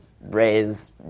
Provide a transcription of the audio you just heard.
raise